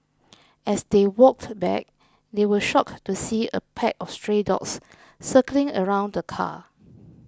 as they walked back they were shocked to see a pack of stray dogs circling around the car